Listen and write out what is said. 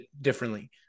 differently